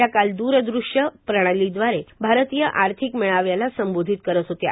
त्या काल द्रदृष्य प्रणालीद्वारे भारतीय आर्थिक मेळाव्याला संबोधित करत होत्या